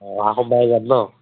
অহা সোমবাৰে যাম ন